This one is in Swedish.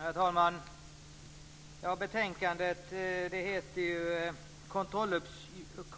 Herr talman! Betänkandet heter